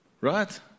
Right